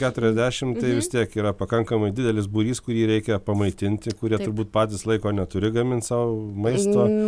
keturiasdešim tai vis tiek yra pakankamai didelis būrys kurį reikia pamaitinti kurie turbūt patys laiko neturi gamint sau maisto